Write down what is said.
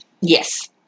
Yes